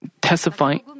testifying